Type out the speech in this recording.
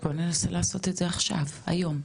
בוא ננסה לעשות את זה עכשיו, היום,